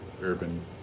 urban